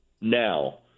Now